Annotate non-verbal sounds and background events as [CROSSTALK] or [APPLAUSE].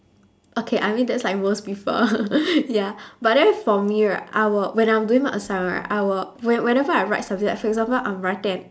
okay I mean that's like most people [LAUGHS] ya but then for me right I will when I'm doing my assignment right I will when whenever I write something for example I'm writing an